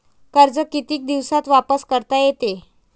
कर्ज कितीक दिवसात वापस करता येते?